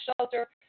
shelter